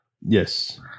Yes